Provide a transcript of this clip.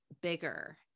bigger